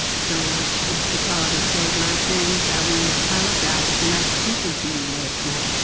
so mr. garvey said, my friends, i want to apologize for not speaking to you last night.